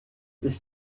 ich